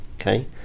okay